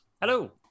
hello